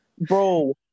Bro